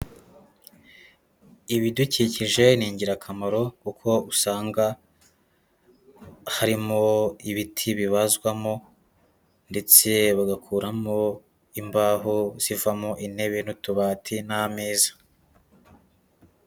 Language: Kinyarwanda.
Ibidukikije ni ingirakamaro kuko usanga harimo ibiti bibazwamo ndetse bagakuramo imbaho zivamo intebe n'utubati n'ameza.